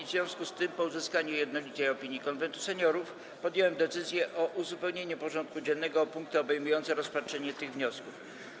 W związku z tym, po uzyskaniu jednolitej opinii Konwentu Seniorów, podjąłem decyzję o uzupełnieniu porządku dziennego o punkty obejmujące rozpatrzenie tych wniosków.